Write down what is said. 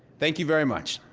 thank you very much.